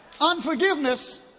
unforgiveness